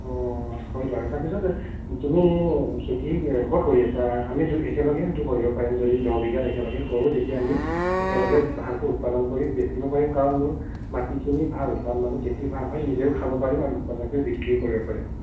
অঁ হয় বাৰু তাৰপিছতো তুমি খেতি ক'ত কৰি আছা আমি একেলগে হয়তো কৰিব পাৰিম যদি দহ বিঘাত একেলগে কৰোঁ তেতিয়া আমি একেলগে ভালকৈ উৎপাদন কৰি বেছিব পাৰিম কাৰণ মোৰ মাটিখিনি ভাল তাত মানে খেতি ভাল হয় নিজেও খাব পাৰিব আৰু উৎপাদন কৰি বিক্ৰীও কৰিব পাৰে